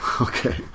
Okay